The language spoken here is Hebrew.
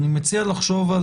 אני מציע לחשוב,